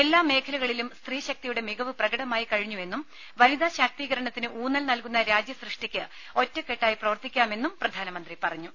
എല്ലാ മേഖലകളിലും സ്ത്രീശക്തിയുടെ മികവ് പ്രകടമായിക്കഴിഞ്ഞുവെന്നും വനിതാശാക്തീകരണത്തിന് ഊന്നൽ നൽകുന്ന രാജ്യസൃഷ്ടിക്ക് ഒറ്റക്കെട്ടായി പ്രവർത്തിക്കാമെന്നും പ്രധാനമന്ത്രി പറഞ്ഞു